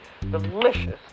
delicious